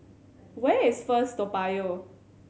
where is First Toa Payoh